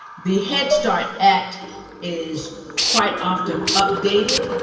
the head start act is quite often updated,